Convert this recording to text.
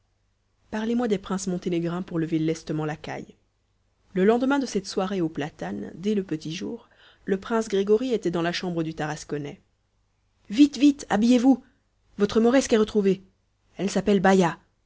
parlez-moi des princes monténégrins pour lever lestement la caille le lendemain de cette soirée aux platanes dès le petit jour le prince grégory était dans la chambre du tarasconnais vite vite habillez-vous votre mauresque est retrouvée elle s'appelle baïa